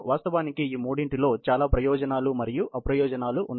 వాస్తవానికి ఈ మూడింటిలో చాలా ప్రయోజనాలు మరియు అప్రయోజనాలు ఉన్నాయి